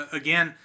again